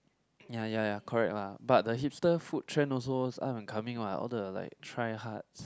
ya ya ya correct lah but the hipster food trend also up and coming lah all the like try hards